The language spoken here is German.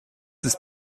ist